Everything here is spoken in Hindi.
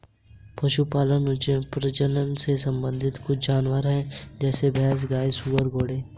पशुपालन प्रजनन से संबंधित कुछ जानवर है जैसे भैंस, गाय, सुअर, घोड़े